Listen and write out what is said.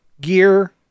gear